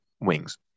wings